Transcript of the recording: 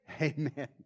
Amen